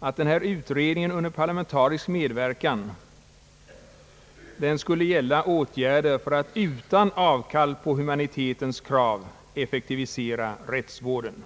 att den föreslagna utredningen under parlamentarisk medverkan skall gälla åtgärder för att utan avkall på humanitetens krav effektivisera rättsvården.